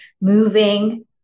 moving